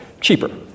cheaper